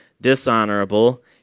dishonorable